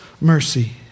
mercy